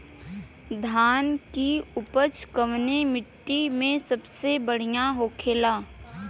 धान की उपज कवने मिट्टी में सबसे बढ़ियां होखेला?